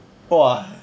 fall ah